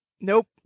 nope